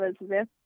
elizabeth